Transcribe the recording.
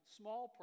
small